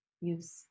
use